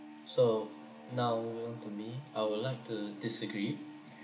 so now well to me I would like to disagree